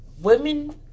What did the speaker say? women